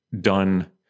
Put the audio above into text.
done